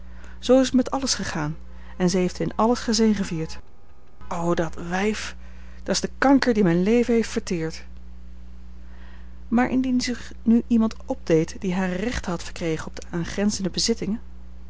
zoo is t met alles gegaan en zij heeft in alles gezegevierd o dat wijf dat's de kanker die mijn leven heeft verteerd maar indien zich nu iemand opdeed die hare rechten had verkregen op de aangrenzende bezittingen